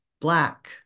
black